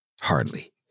hardly